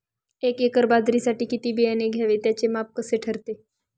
एका एकर बाजरीसाठी किती बियाणे घ्यावे? त्याचे माप कसे ठरते?